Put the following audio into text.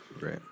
Right